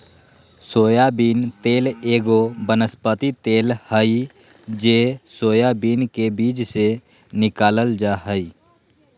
soybean तेल एगो वनस्पति तेल हइ जे सोयाबीन के बीज से निकालल जा हइ